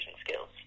skills